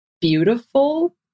beautiful